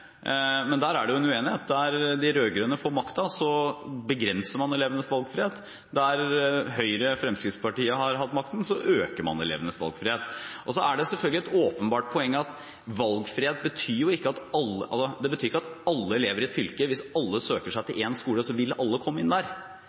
men der er det en uenighet. Der de rød-grønne får makten, begrenser man elevenes valgfrihet. Der Høyre og Fremskrittspartiet har hatt makten, øker man elevenes valgfrihet. Så er det selvfølgelig et åpenbart poeng at valgfrihet ikke betyr at alle elever i et fylke, hvis alle søker seg til én skole, vil komme inn der.